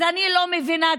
אז אני לא מבינה כלום.